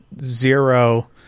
zero